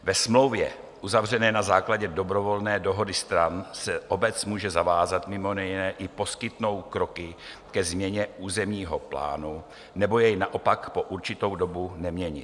Ve smlouvě uzavřené na základě dobrovolné dohody stran se obec může zavázat mimo jiné i poskytnout kroky ke změně územního plánu, nebo jej naopak po určitou dobu neměnit.